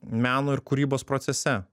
meno ir kūrybos procese